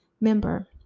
member